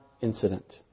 incident